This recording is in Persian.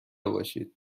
باشید